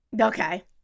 Okay